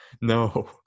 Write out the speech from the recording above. No